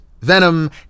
Venom